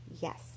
yes